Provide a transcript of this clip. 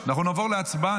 נעבור להצבעה.